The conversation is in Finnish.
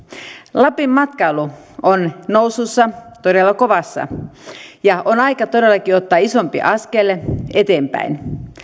lapin matkailu on nousussa todella kovassa on aika todellakin ottaa isompi askel eteenpäin